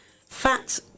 fat